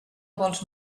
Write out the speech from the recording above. vols